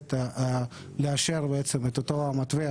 הכנסת לאשר את אותו המתווה